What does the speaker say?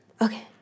Okay